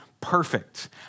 perfect